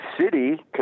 city